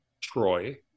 Troy